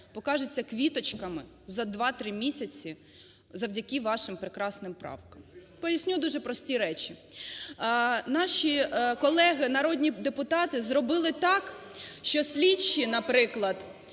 покажеться квіточками за 2-3 місяці завдяки вашим прекрасним правкам. Поясню дуже прості речі. Наші колеги народні депутати зробили так, що слідчі, наприклад,